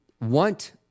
want